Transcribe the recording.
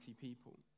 people